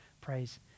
praise